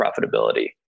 profitability